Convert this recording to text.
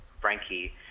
Frankie